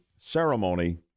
ceremony